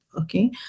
Okay